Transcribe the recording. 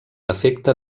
afecta